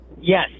yes